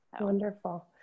Wonderful